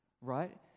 Right